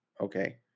Okay